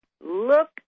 look